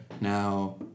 Now